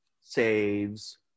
saves